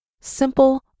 simple